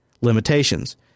limitations